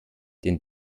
den